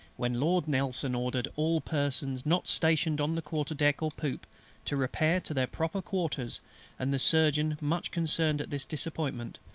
when lord nelson ordered all persons not stationed on the quarter-deck or poop to repair to their proper quarters and the surgeon, much concerned at this disappointment,